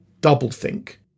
double-think